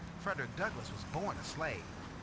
frederick douglass was born a slave.